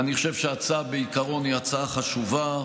אני חושב שההצעה היא חשובה בעיקרון,